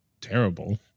terrible